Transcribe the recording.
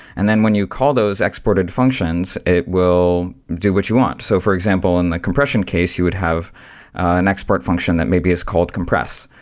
and then when you call those exported functions, it will do what you want. so, for example, in the compression case, you would have an expert function that maybe is called compress.